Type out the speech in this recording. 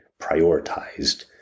prioritized